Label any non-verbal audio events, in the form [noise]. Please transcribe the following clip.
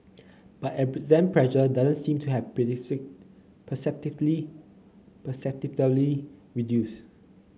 but exam pressure doesn't seem to have [unintelligible] perceptibly [unintelligible] reduced